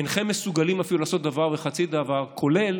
אינכם מסוגלים אפילו לעשות דבר וחצי דבר, כולל